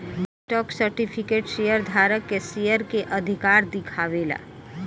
stock certificate share धारक के share के अधिकार दिखावे ला